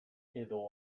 edo